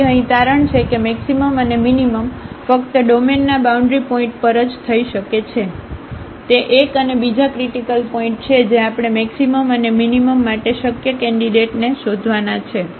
તેથી અહીં તારણ છે કે મેક્સિમમ અને મીનીમમ ફક્ત ડોમેનના બાઉન્ડ્રી પોઇન્ટ પર જ થઈ શકે છે તે એક અને બીજા ક્રિટીકલ પોઇન્ટ છે જે આપણે મેક્સિમમ અને મીનીમમ માટે શક્ય કેન્ડિડેટને શોધવાના છે